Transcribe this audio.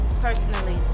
personally